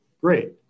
great